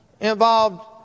involved